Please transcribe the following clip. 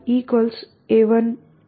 an